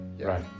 Right